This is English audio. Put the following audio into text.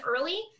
early